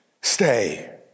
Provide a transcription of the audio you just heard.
stay